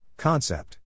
Concept